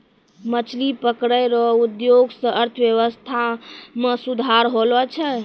मछली पकड़ै रो उद्योग से अर्थव्यबस्था मे सुधार होलो छै